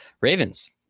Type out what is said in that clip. Ravens